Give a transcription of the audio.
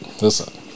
listen